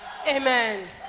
Amen